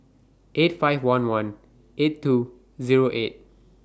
eight five one one eight two Zero eight